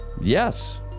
Yes